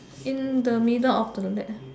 in the middle of the lake